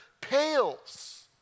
pales